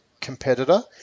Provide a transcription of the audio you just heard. competitor